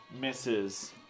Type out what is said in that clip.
misses